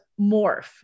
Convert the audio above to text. morph